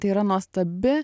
tai yra nuostabi